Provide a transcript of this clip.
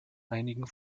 einigen